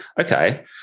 okay